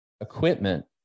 equipment